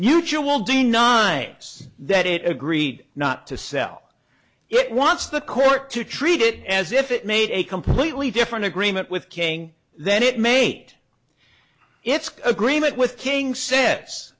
huge you will deny us that it agreed not to sell it wants the court to treat it as if it made a completely different agreement with king then it made its agreement with king s